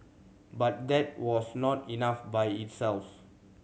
but that was not enough by itself